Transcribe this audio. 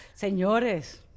Señores